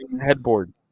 headboard